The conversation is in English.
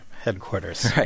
Headquarters